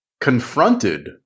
confronted